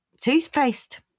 toothpaste